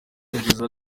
yagize